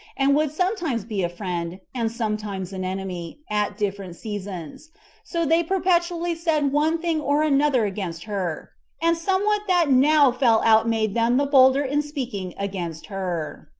and would sometimes be a friend, and sometimes an enemy, at different seasons so they perpetually said one thing or another against her and somewhat that now fell out made them the bolder in speaking against her.